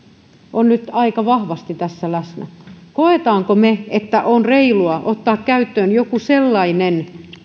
on nyt aika vahvasti tässä läsnä koemmeko me että on reilua ottaa käyttöön työllisyyspolitiikkaan joku sellainen